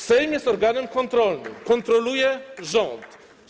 Sejm jest organem kontrolnym, kontroluje rząd.